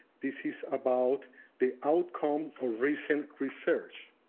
this is about the outcome of recent research.